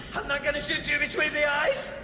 i'm not going to shoot you between the eyes.